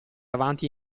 avanti